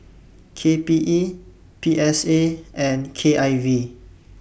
K P E P S A and K I V